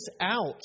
out